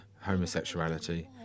homosexuality